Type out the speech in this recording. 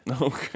Okay